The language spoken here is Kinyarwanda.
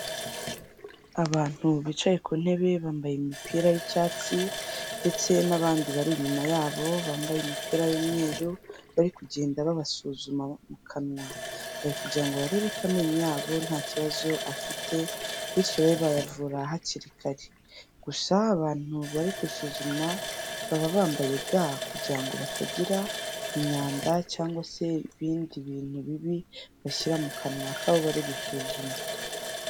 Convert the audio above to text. Abantu bicaye ku ntebe bambaye imipira y'icyatsi ndetse n'abandi bari inyuma yabo bambaye imipira y'umweru bari kugenda babasuzuma mu kanwa, bari kugira ngo barebe ko amenyo yabo nta kibazo afite bityo babe bayavura hakiri kare, gusa abantu bari gusuzuma baba bambaye ga kugirango batagira imyanda cyangwa se ibindi bintu bibi bashyira mu kanwa k'abo bari gusuzuma.